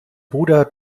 bruder